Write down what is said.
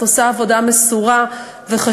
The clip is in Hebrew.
את עושה עבודה מסורה וחשובה,